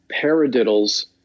paradiddles